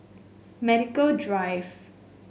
Medical Drive